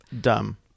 Dumb